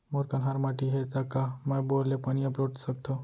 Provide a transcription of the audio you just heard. मोर कन्हार माटी हे, त का मैं बोर ले पानी अपलोड सकथव?